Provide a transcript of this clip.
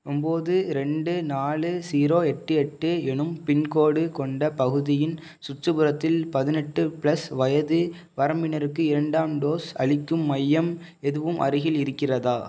ஒன்போது ரெண்டு நாலு ஸீரோ எட்டு எட்டு எனும் பின்கோடு கொண்ட பகுதியின் சுற்றுப்புறத்தில் பதினெட்டு பிளஸ் வயது வரம்பினருக்கு இரண்டாம் டோஸ் அளிக்கும் மையம் எதுவும் அருகில் இருக்கிறதா